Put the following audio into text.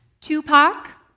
Tupac